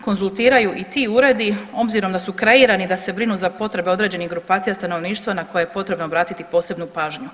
konzultiraju i ti uredi obzirom da su kreirani da se brinu za potrebe određenih grupacija stanovništva na koje je potrebno obratiti posebnu pažnju.